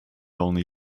only